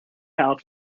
how